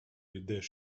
йдеш